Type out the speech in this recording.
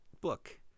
book